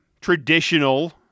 traditional